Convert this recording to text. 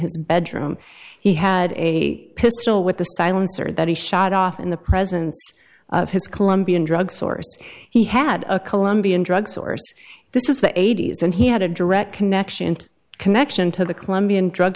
his bedroom he had a pistol with the silencer that he shot off in the presence of his colombian drug source he had a colombian drug source this is the eighty's and he had a direct connection and connection to the colombian drug